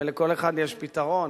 ולכל אחד יש פתרון.